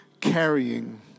carrying